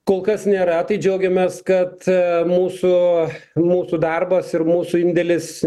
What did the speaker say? kol kas nėra tai džiaugiamės kad mūsų mūsų darbas ir mūsų indėlis